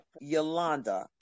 Yolanda